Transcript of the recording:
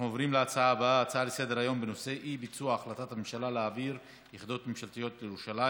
בעד, שבעה, אין מתנגדים ואין נמנעים.